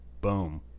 Boom